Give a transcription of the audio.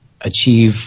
achieve